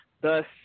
Thus